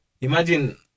imagine